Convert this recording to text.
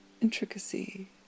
intricacy